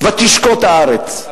ותשקוט הארץ.